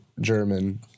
German